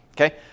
Okay